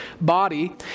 body